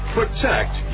protect